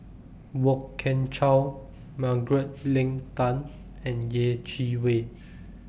Kwok Kian Chow Margaret Leng Tan and Yeh Chi Wei